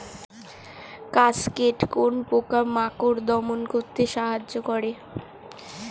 Cascade কোন পোকা মাকড় দমন করতে সাহায্য করে?